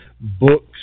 books